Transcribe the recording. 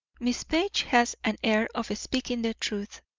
miss page has an air of speaking the truth,